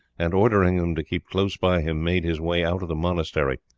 and ordering him to keep close by him, made his way out of the monastery,